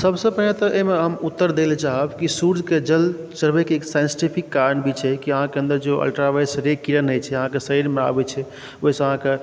सभसँ पहिने तऽ अहिमे हम उत्तर दैलए चाहब कि सूर्यके जल चढ़बैके साइन्टिफिक कारण भी छै कि अहाँके अन्दर जे ओ अल्ट्रावाइलेट रे किरण अछि अहाँके शरीरमे आबै छै ओहिसँ अहाँके